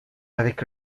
avec